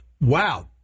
Wow